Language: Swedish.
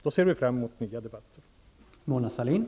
Då ser vi fram emot nya debatter.